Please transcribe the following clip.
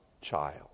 child